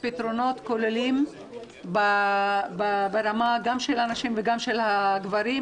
פתרונות כוללים ברמה גם של הנשים וגם של הגברים,